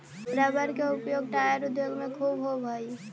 rubber के उपयोग tyre उद्योग में ख़ूब होवऽ हई